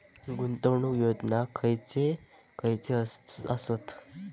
गुंतवणूक योजना खयचे खयचे आसत?